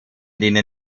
denen